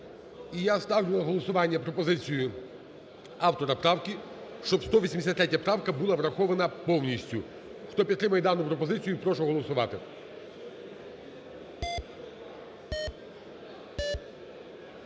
я ставлю на голосування пропозицію автора правки, щоб 183 правка була врахована повністю. Хто підтримує дану пропозицію, прошу голосувати.